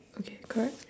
okay correct